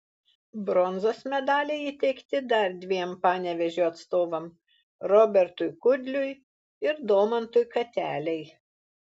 bronzos medaliai įteikti dar dviem panevėžio atstovams robertui kudliui ir domantui katelei